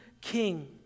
king